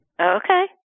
Okay